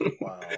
Wow